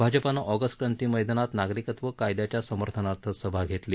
भाजपानं ऑगस्ट क्रांती मैदानात नागरिकत्व कायदयाच्या समर्थनार्थ सभा घेतली